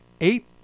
eight